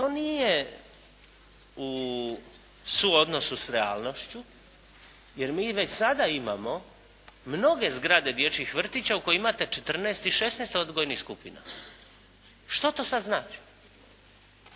To nije u suodnosu s realnošću jer mi već sada imamo mnoge zgrade dječjih vrtića u kojima imate četrnaest i šesnaest odgojnih skupina. Što to sad znači?